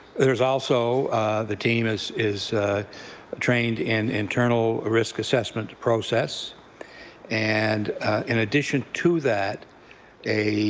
there is also the team is is trained in internal risk assessment process and in addition to that a